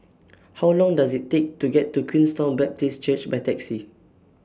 How Long Does IT Take to get to Queenstown Baptist Church By Taxi